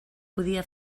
podia